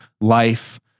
life